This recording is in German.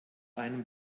einem